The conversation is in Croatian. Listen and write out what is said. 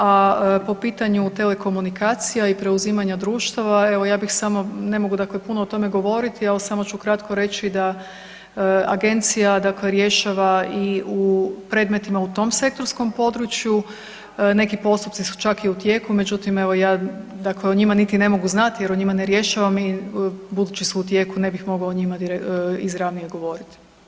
A po pitanju telekomunikacija i preuzimanja društava, evo ja bih samo, ne mogu dakle puno o tome govorit jel, samo ću ukratko reći da agencija dakle rješava i u predmetima u tom sektorskom području neki postupci su čak i u tijeku, međutim evo ja dakle o njima niti ne mogu znati jer o njima ne rješavam i budući su u tijeku ne bih mogla o njima izravnije govoriti.